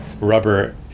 rubber